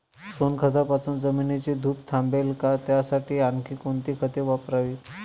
सोनखतापासून जमिनीची धूप थांबेल का? त्यासाठी आणखी कोणती खते वापरावीत?